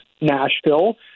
Nashville